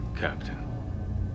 Captain